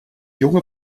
junge